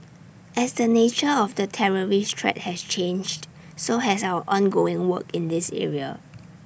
as the nature of the terrorist threat has changed so has our ongoing work in this area